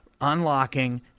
unlocking